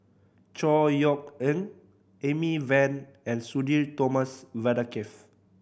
Chor Yeok Eng Amy Van and Sudhir Thomas Vadaketh